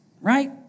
right